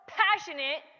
passionate